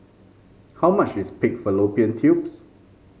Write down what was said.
how much is Pig Fallopian Tubes